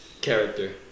character